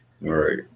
right